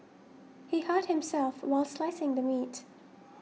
he hurt himself while slicing the meat